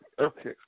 Okay